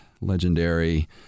legendary